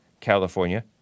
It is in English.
California